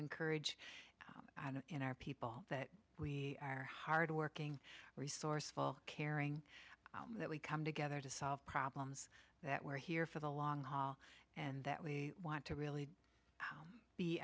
encourage in our people that we are hardworking resourceful caring that we come together to solve problems that we're here for the long haul and that we want to really